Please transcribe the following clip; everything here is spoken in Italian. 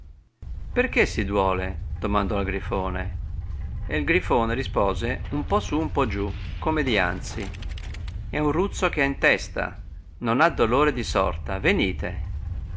perchè si duole domandò al grifone e il grifone rispose un po su un po giù come dianzi è un ruzzo che ha in testa non ha dolore di sorta venite